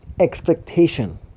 expectation